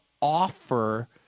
offer